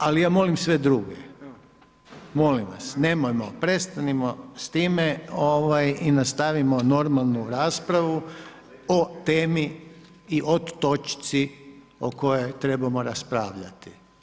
Dobro, ali ja molim sve druge, molimo vas, nemojmo, prestanimo s time i nastavimo normalnu raspravu o temi i o točci o kojoj trebamo raspravljati.